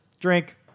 drink